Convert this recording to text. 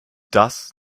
das